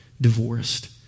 divorced